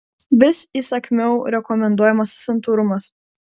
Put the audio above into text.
vis įsakmiau rekomenduojamas santūrumas